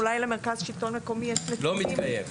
אולי למרכז שלטון מקומי יש נתונים.